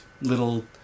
little